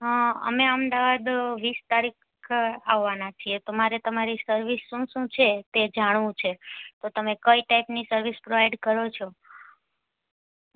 હ અમે અમદાવાદ વીસ તારીખ આવાના છીએ તો મારે તમારે સર્વિસ શું શું છે તે જાણવું છે તો તમે કઈ ટાઈપની સર્વિસ પ્રોવાઈડ કરો છો